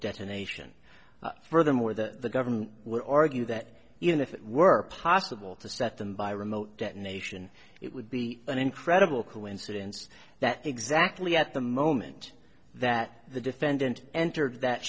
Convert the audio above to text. detonation furthermore the government would argue that even if it were possible to set them by remote detonation it would be an incredible coincidence that exactly at the moment that the defendant entered that